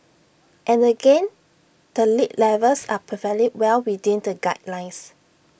and again the lead levels are perfectly well within the guidelines